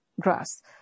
grass